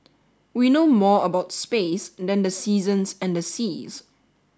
we know more about space than the seasons and the seas